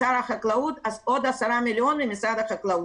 ומשר החקלאות עוד 10 מיליון שקל,